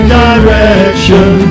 direction